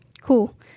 Cool